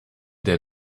der